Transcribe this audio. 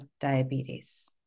diabetes